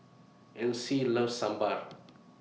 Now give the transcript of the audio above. Alcie loves Sambar